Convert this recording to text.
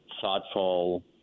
thoughtful